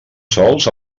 sols